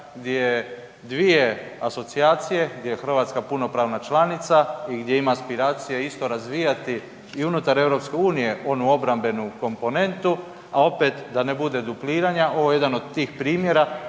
je, dvije asocijacije, gdje je RH punopravna članica i gdje ima aspiracije isto razvijati i unutar EU onu obrambenu komponentu, a opet da ne bude dupliranja. Ovo je jedan od tih primjera